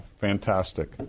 fantastic